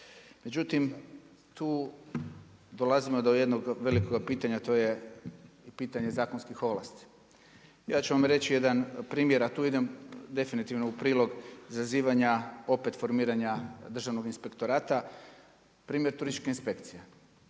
Međutim tu dolazimo do jednog velikog pitanja, to je pitanje zakonskih ovlasti. Ja ću vam reći jedan primjer, a tu idem definitivno u prilog zazivanja opet formiranja državnog inspektorata, primjer turističke inspekcije.